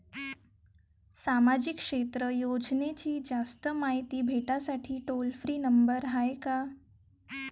सामाजिक क्षेत्र योजनेची जास्त मायती भेटासाठी टोल फ्री नंबर हाय का?